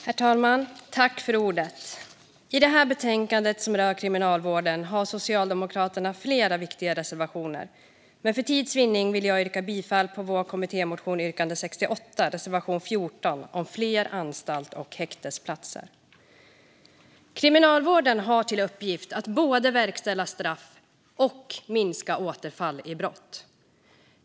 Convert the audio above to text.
Herr talman! I det här betänkandet om Kriminalvården har Socialdemokraterna flera viktiga reservationer. För tids vinning väljer jag att yrka bifall till reservation 14, som innehåller ett yrkande från vår kommittémotion, yrkande 68, om fler anstalts och häktesplatser. Kriminalvården har till uppgift att både verkställa straff och minska återfall i brott.